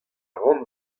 ran